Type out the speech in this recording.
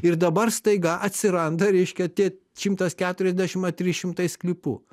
ir dabar staiga atsiranda reiškia tie šimtas keturiasdešimt ar trys šimtai sklypų